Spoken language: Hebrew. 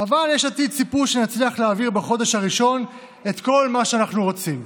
אבל יש עתיד ציפו שנצליח להעביר בחודש הראשון את כל מה שאנחנו רוצים.